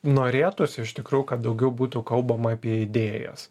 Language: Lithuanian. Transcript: norėtųsi iš tikrųjų kad daugiau būtų kalbama apie idėjas